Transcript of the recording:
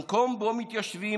במקום שבו מתיישבים,